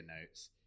notes